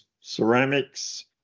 ceramics